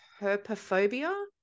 herpophobia